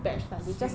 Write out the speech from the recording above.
suay lah